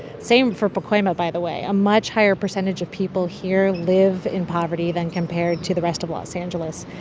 same for pacoima, by the way a much higher percentage of people here live in poverty than compared to the rest of los angeles.